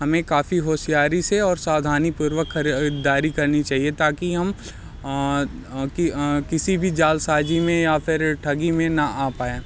हमें काफ़ी होशियारी से और सावधानी पूर्वक खरीदारी करनी चाहिए ताकि हम किसी भी जालसाज़ी में या फिर ठगी में ना आ पाएँ